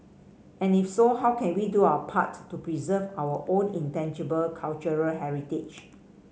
and if so how can we do our part to preserve our own intangible cultural heritage